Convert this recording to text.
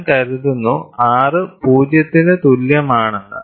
ഞാൻ കരുതുന്നു R 0 ന് തുല്യമാണെന്ന്